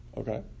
Okay